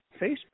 Facebook